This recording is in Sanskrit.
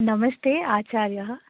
नमस्ते आचार्यः